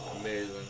amazing